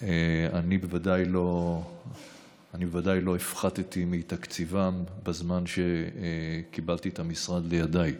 אני בוודאי לא הפחתתי מתקציבם בזמן שקיבלתי את המשרד לידיי.